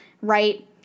right